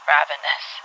Ravenous